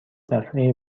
دفعه